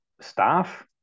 staff